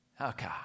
Okay